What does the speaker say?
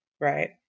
right